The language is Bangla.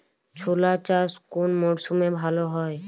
ছোলা চাষ কোন মরশুমে ভালো হয়?